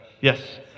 Yes